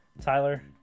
Tyler